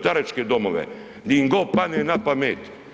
staračke domove, gdje im god padne napamet.